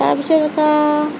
তাৰপিছত এটা